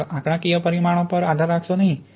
માત્ર આંકડાકીય પરિમાણો પર આધાર રાખશો નહીં